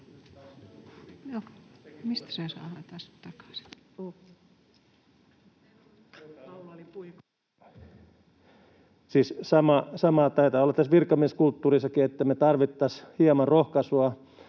sama taitaa olla tässä virkamieskulttuurissakin, että me tarvittaisiin hieman rohkaisua